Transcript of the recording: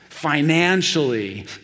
financially